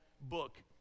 book